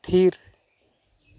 ᱛᱷᱤᱨ